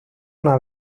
una